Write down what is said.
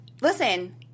listen